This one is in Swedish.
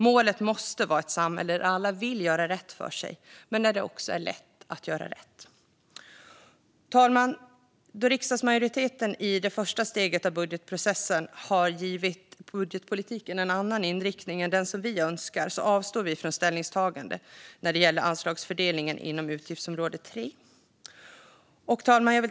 Målet måste vara ett samhälle där alla vill göra rätt för sig och där det är lätt att göra rätt. Fru talman! Då riksdagsmajoriteten i det första steget av budgetprocessen har gett budgetpolitiken en annan inriktning än den vi önskar avstår vi från ställningstagande när det gäller anslagsfördelningen inom utgiftsområde 3. Fru talman!